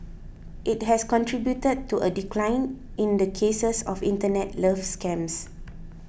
it has contributed to a decline in the cases of Internet love scams